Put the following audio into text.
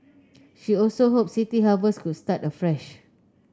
she also hoped City Harvest could start afresh